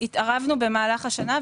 ולכן התערבנו במהלך השנה,